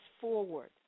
forward